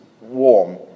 warm